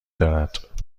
دارد